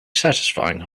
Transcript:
satisfying